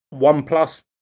OnePlus